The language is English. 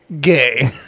gay